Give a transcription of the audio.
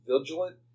vigilant